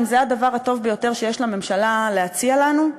האם זה הדבר הטוב ביותר שיש לממשלה להציע לנו?